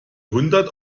hundert